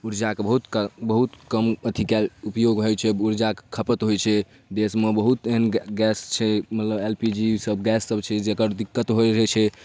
उर्जाके बहुतके उर्जाके बहुत कम अथी कम उपयोग होइ छै उर्जाके खपत होइ छै देशमे बहुत एहन गै गैस छै मतलब एल पी जी ईसब गैससब छै जकर दिक्कत होइ रहै छै